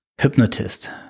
hypnotist